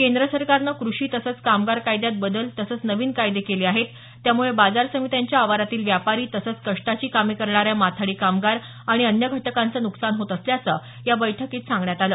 केंद्र सरकारने कृषी तसंच कामगार कायद्यात बदल तसंच नवीन कायदे केले आहेत त्यामुळे बाजार समित्यांच्या आवारातील व्यापारी तसंच कष्टाची कामे करणाऱ्या माथाडी कामगार आणि अन्य घटकांचं नुकसान होत असल्याचं या बैठकीत सांगण्यात आलं